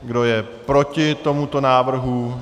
Kdo je proti tomuto návrhu?